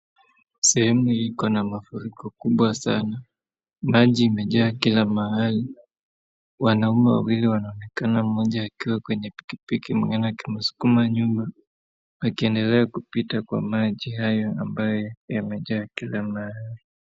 Sehemu ikona mafuriko kubwa sana maji imejaa kila mahali. Wanaume wawili wanaonekana mmoja akiwa kwenye pikipiki mwingine akimsukuma nyuma akiendelea kwa maji haya ambayo yamejaa kila mahali.